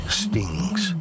stings